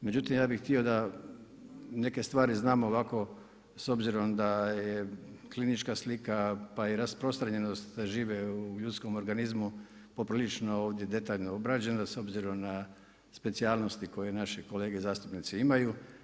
Međutim, ja bih htio da neke stvari znam ovako s obzirom da je klinička slika pa i rasprostranjenost žive u ljudskom organizmu poprilično ovdje obrađena s obzirom na specijalnosti koje naši kolege zastupnici imaju.